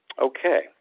Okay